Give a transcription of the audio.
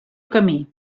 camí